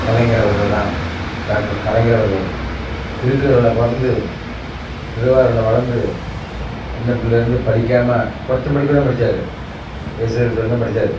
கலைஞர் அவர்கள் தான் டாக்டர் கலைஞர் அவர்கள் திருக்குவளையில் பிறந்து திருவாரூரில் வளர்ந்து சின்னப்பிள்ளைலேருந்து படிக்காமல் குறைச்ச படிப்புதான் படிச்சார் எஸ்எல்சி வரையும்தான் படிச்சார்